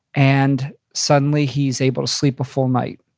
and suddenly he's able to sleep a full night.